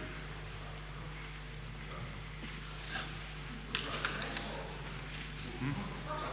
Hvala